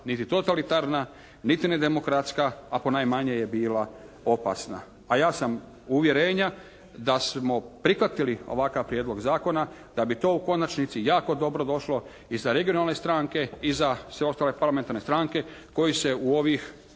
niti totalitarna niti nedemokratska a ponajmanje je bila opasna. A ja sam uvjerenja da smo prihvatili ovakav prijedlog zakona da bi to u konačnici jako dobro došlo i za regionalne stranke i za sve ostale parlamentarne stranke koje se u ovih